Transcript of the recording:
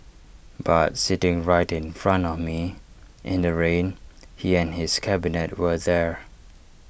but sitting right in front of me in the rain he and his cabinet were there